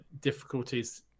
difficulties